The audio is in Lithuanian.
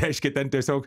reiškia ten tiesiog